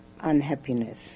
unhappiness